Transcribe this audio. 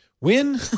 Win